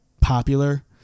popular